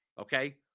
okay